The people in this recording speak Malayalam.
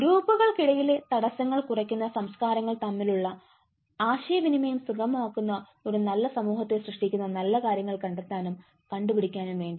ഗ്രൂപ്പുകൾക്കിടയിലെ തടസ്സങ്ങൾ കുറയ്ക്കുന്ന സംസ്കാരങ്ങൾ തമ്മിലുള്ള ആശയവിനിമയം സുഗമമാക്കുന്ന ഒരു നല്ല സമൂഹത്തെ സൃഷ്ടിക്കുന്ന നല്ല കാര്യങ്ങൾ കണ്ടെത്താനും കണ്ടുപിടിക്കാനും വേണ്ടി